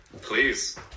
Please